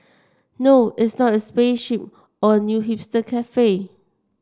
no it's not a spaceship or a new hipster cafe